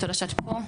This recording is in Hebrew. תודה שאת פה.